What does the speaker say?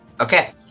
Okay